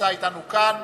הנמצא אתנו כאן.